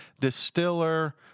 distiller